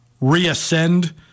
reascend